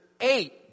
eight